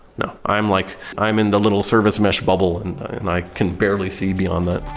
no. i am like i am in the little service mesh bubble and and i can barely see beyond that